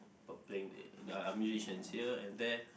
p~ playing are musicians here and there